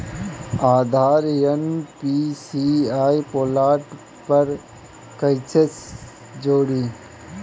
आधार NPCI portal पर कईसे जोड़ी?